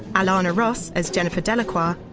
alana ross as jennifer delacroix,